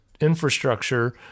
infrastructure